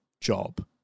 job